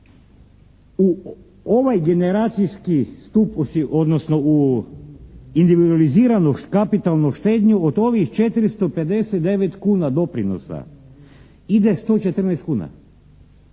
u ovaj generacijski stup, odnosno u individualiziranu kapitalnu štednju od ovih 459 kuna doprinosa ide 114 kuna,